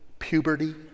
puberty